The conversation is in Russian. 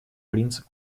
принцип